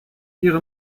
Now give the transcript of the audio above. ihre